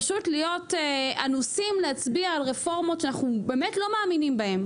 פשוט להיות אנוסים להצביע על רפורמות שאנחנו באמת לא מאמינים בהם,